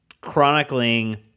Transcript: chronicling